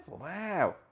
Wow